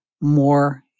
more